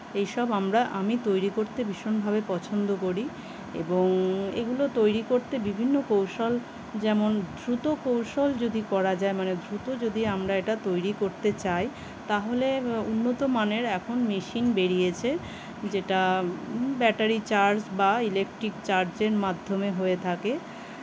এই সব আমরা আমি তৈরি করতে ভীষণভাবে পছন্দ করি এবং এগুলো তৈরি করতে বিভিন্ন কৌশল যেমন দ্রুত কৌশল যদি করা যায় মানে দ্রুত যদি আমরা এটা তৈরি করতে চাই তাহলে উন্নত মানের এখন মেশিন বেরিয়েছে যেটা ব্যাটারি চার্জ বা ইলেকট্রিক চার্জের মাধ্যমে হয়ে থাকে